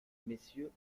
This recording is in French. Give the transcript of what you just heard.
messieurs